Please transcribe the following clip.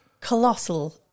Colossal